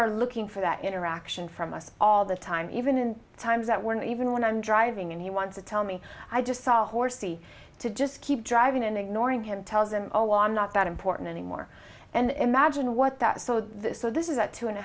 are looking for that interaction from us all the time even in times that we're not even when i'm driving and he wants to tell me i just saw horsey to just keep driving and ignoring him tells him oh i'm not that important anymore and imagine what that so that so this is a two and a